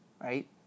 right